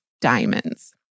diamonds